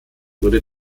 wurde